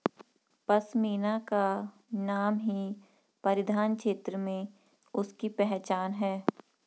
पशमीना का नाम ही परिधान क्षेत्र में उसकी पहचान है